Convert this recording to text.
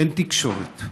אין תקשורת.